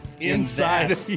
inside